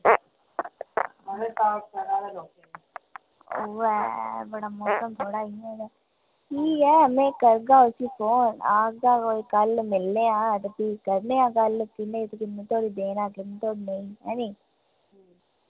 उऐ बड़ा मौसम बड़ा इंया गै ठीक ऐ में करगा उसी फोन आक्खगा की कोई कल्ल मिलने आं ते करने आं गल्ल की किन्ने धोड़ी देना ते किन्ने धोड़ी नेईं